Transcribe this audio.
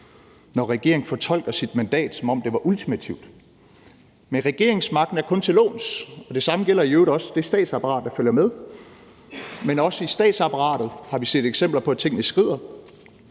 når regeringen fortolker sit mandat, som om det var ultimativt. Men regeringsmagten er kun til låns, og det samme gælder i øvrigt også det statsapparat, der følger med, men også i statsapparatet har vi set eksempler på, at tingene skrider.